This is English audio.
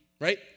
right